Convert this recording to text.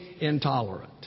intolerant